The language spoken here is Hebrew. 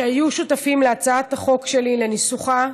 שהיו שותפים להצעת החוק שלי, לניסוחה,